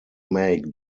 make